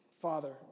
Father